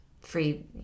free